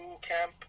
camp